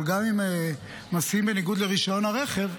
אבל גם אם מסיעים בניגוד לרישיון הרכב,